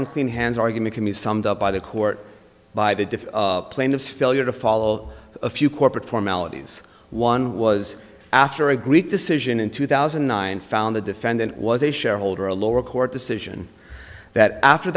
unclean hands argument can be summed up by the court by the diff plaintiffs failure to follow a few corporate formalities one was after a great decision in two thousand and nine found the defendant was a shareholder a lower court decision that after